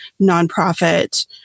nonprofit